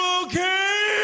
okay